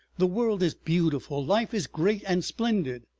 the world is beautiful, life is great and splendid,